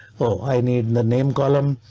i need and the name column.